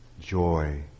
joy